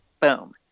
Boom